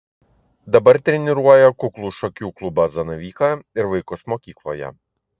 dabar treniruoja kuklų šakių klubą zanavyką ir vaikus mokykloje